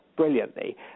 brilliantly